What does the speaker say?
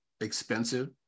expensive